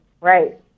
right